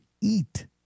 eat